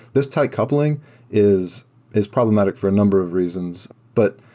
this tight coupling is is problematic for a number of reasons, but